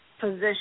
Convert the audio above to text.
position